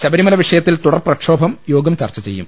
ശബരിമല വിഷയത്തിൽ തുടർ പ്രക്ഷോഭം യോഗം ചർച്ച ചെയ്യും